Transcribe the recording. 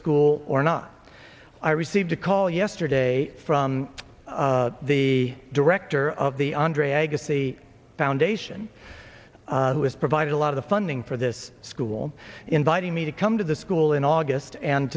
school or not i received a call yesterday from the director of the andre agassi foundation who has provided a lot of the funding for this school inviting me to come to the school in august and